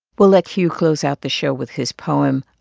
we'll let hieu close out the show with his poem,